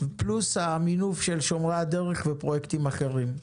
פלוס המינוף של "שומרי הדרך" ופרויקטים אחרים.